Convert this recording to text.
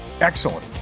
excellent